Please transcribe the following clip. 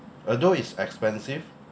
although it's expensive